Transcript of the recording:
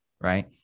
right